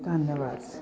ਧੰਨਵਾਦ